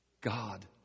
God